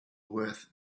worth